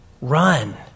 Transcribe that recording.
run